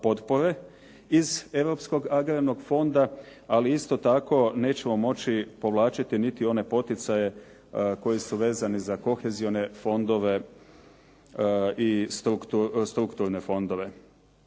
iz Europskog agrarnog fonda, ali isto tako nećemo moći povlačiti niti one poticaje koji su vezani za kohezione fondove i strukturne fondove.